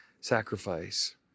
sacrifice